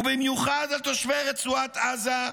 ובמיוחד על תושבי רצועת עזה,